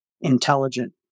intelligent